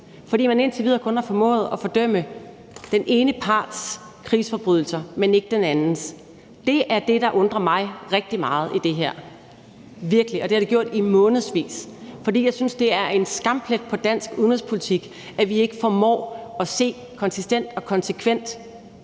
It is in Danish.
fordi man indtil videre kun har formået at fordømme den ene parts krigsforbrydelser, men ikke den andens. Det er det, der undrer mig rigtig meget i det her – virkelig – og det har det gjort i månedsvis. For jeg synes, at det er en skamplet på dansk udenrigspolitik, at vi ikke formår at se konsistent og konsekvent